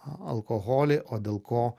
alkoholį o dėl ko